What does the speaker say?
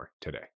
today